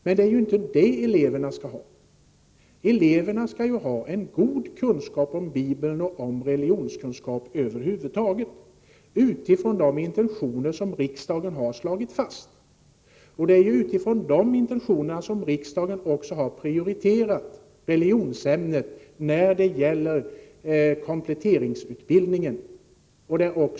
Men det är inte sådan undervisning som eleverna skall ha, utan de skall ha en god kunskap om Bibeln och om religion över huvud taget, enligt de intentioner som riksdagen har slagit fast. Det är utifrån de intentionerna som riksdagen också har prioriterat religionsämnet när det gäller kompletteringsutbildningen.